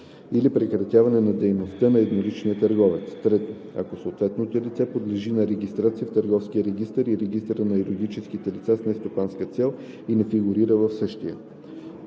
или прекратяване на дейността на едноличния търговец; 3. ако съответното лице подлежи на регистрация в търговския регистър и регистъра на юридическите лица с нестопанска цел и не фигурира в същия;